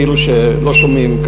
כאילו שלא שומעים,